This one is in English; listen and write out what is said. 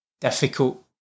difficult